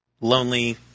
lonely